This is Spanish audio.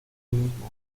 mismo